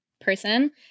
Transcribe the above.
person